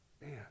Man